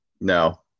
No